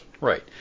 Right